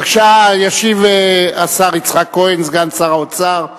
בבקשה, ישיב השר יצחק כהן, סגן שר האוצר.